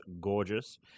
gorgeous